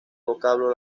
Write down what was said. vocablo